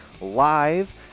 live